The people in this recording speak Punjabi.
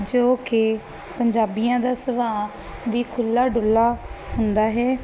ਜੋ ਕਿ ਪੰਜਾਬੀਆਂ ਦਾ ਸੁਭਾਅ ਵੀ ਖੁੱਲਾ ਡੁੱਲਾ ਹੁੰਦਾ ਹੈ